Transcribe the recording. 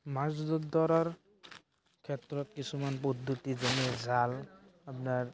মাছ ধৰাৰ ক্ষেত্ৰত কিছুমান পদ্ধতি যেনে জাল আপনাৰ